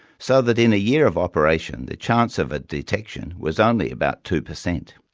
so that in a year of operation the chance of a detection was only about two percent.